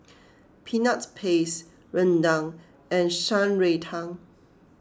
Peanut Paste Rendang and Shan Rui Tang